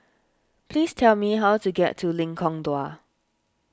please tell me how to get to Lengkong Dua